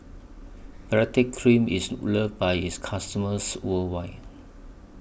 Baritex Cream IS loved By its customers worldwide